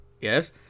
yes